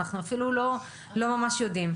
אנחנו אפילו לא ממש יודעים.